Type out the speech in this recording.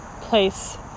place